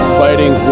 fighting